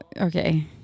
Okay